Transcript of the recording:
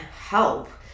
help